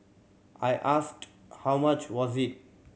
I asked how much was it